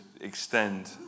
extend